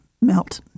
melt